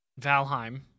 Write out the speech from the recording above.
Valheim